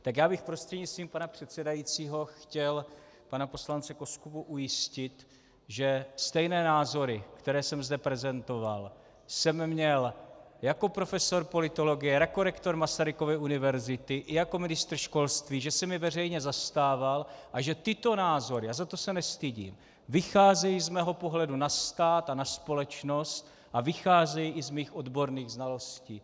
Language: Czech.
Tak já bych prostřednictvím pana předsedajícího chtěl pana poslance Koskubu ujistit, že stejné názory, které jsem zde prezentoval, jsem měl jako profesor politologie, jako rektor Masarykovy univerzity i jako ministr školství, že jsem je veřejně zastával a že tyto názory, a za to se nestydím, vycházejí z mého pohledu na stát a na společnost a vycházejí i z mých odborných znalostí.